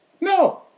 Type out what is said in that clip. No